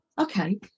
okay